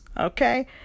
Okay